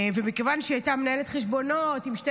מכיוון שהיא הייתה מנהלת חשבונות עם שתי